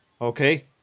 okay